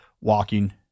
walking